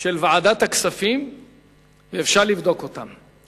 של ועדת הכספים ואפשר לבדוק אותם.